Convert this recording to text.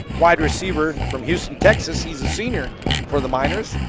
wide receiver from houston, texas. he's a senior for the miners.